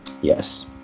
Yes